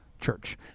church